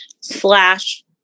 slash